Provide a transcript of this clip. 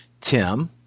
Tim